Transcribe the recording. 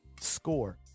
Score